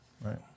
right